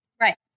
Right